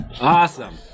awesome